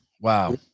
Wow